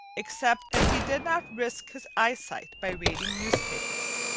except that he did not risk his eyesight by reading newspapers.